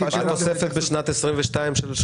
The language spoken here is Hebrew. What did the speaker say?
מה התוספת של שוטרים